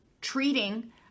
treating